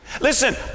Listen